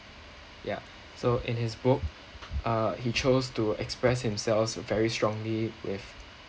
ya so in his book uh he chose to express himself very strongly with